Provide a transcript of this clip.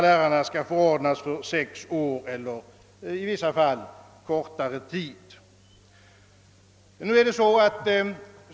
Lärarna skall förordnas för sex år eller i vissa fall för kortare tid.